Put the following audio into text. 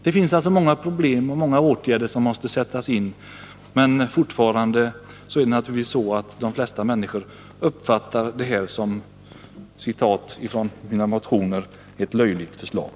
Det finns alltså många problem som åtgärder måste sättas in emot, men fortfarande är det naturligtvis så att de flesta människor uppfattar detta som — för att citera ur mina motioner — ”ett löjligt förslag”.